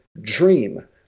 dream